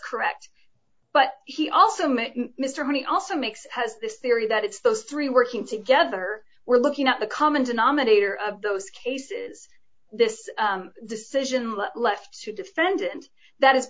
correct but he also met mr money also makes has this theory that it's those three working together we're looking at the common denominator of those cases this decision let left to defend and that